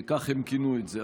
כך הם כינו את זה,